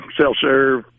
self-serve